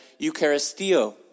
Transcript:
eucharistio